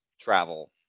travel